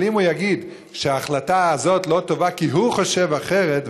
אבל אם הוא יגיד שההחלטה הזאת לא טובה כי הוא חושב אחרת,